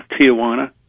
Tijuana